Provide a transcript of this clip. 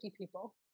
people